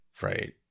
Right